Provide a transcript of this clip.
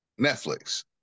Netflix